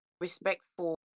respectful